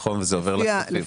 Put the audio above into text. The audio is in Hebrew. נכון, וזה עובר לכספים.